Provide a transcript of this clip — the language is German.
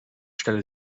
stelle